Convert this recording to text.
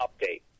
update